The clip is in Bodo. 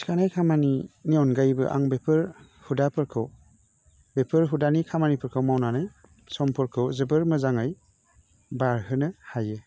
थिखानाय खामानिनि अनगायैबो आं बेफोर हुदाफोरखौ बेफोर हुदानि खामानिफोरखौ मावनानै समफोरखौ जोबोर मोजाङै बारहोनो हायो